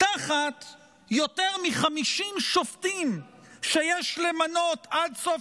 תחת יותר מ-50 שופטים שיש למנות עד סוף